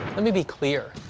let me be clear,